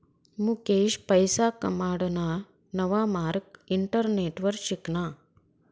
मुकेश पैसा कमाडाना नवा मार्ग इंटरनेटवर शिकना